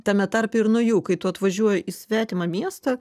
tame tarpe ir nuo jų kai tu atvažiuoji į svetimą miestą